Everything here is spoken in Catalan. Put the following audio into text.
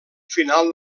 final